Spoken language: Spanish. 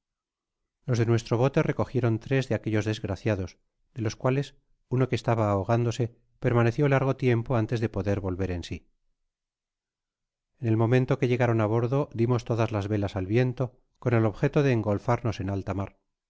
los de nuestro bote recogieron tres de aquellos desgraciados de los cuales uno que estaba ahogándose permaneció largo tiempo antes de poder volveren si en el momento que llegaron á bordo dimos todas las velas al viento con el objeto de engolfamos en alta mar